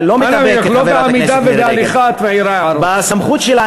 לא מתאפקת, חברת הכנסת מירי רגב.